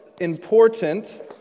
important